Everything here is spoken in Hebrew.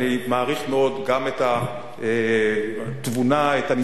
אני מעריך מאוד גם את התבונה שלך,